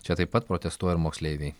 čia taip pat protestuoja ir moksleiviai